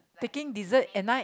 taking dessert at night